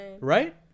Right